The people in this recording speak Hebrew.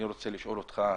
אני רוצה לשאול אותך,